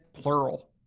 plural